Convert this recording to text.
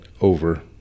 over